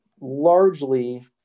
largely